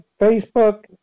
facebook